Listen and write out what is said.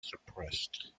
suppressed